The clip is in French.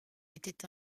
était